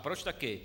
Proč taky?